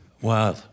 Wow